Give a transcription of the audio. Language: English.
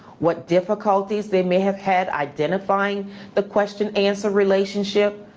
what difficulties they may have had identifying the question answer relationship,